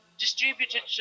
distributed